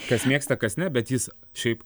kas mėgsta kas ne bet jis šiaip